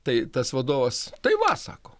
tai tas vadovas tai va sako